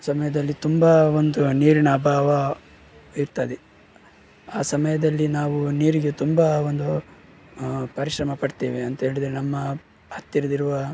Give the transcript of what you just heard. ಸಮಯದಲ್ಲಿ ತುಂಬ ಒಂದು ನೀರಿನ ಅಭಾವ ಇರ್ತದೆ ಆ ಸಮಯದಲ್ಲಿ ನಾವು ನೀರಿಗೆ ತುಂಬ ಒಂದು ಪರಿಶ್ರಮ ಪಡ್ತೇವೆ ಅಂಥೇಳಿದ್ರೆ ನಮ್ಮ ಹತ್ತಿರದಿರುವ